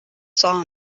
saw